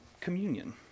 communion